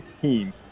team